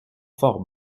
fort